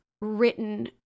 written